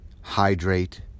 hydrate